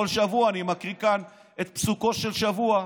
כל שבוע אני מקריא כאן את פסוקו של שבוע,